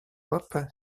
hop